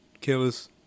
killers